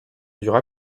dura